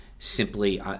simply